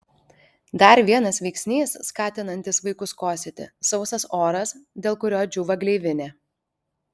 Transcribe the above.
dar vienas veiksnys skatinantis vaikus kosėti sausas oras dėl kurio džiūva gleivinė